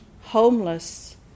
Homeless